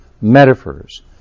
metaphors